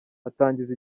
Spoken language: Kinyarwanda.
atangiza